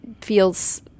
feels